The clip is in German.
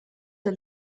der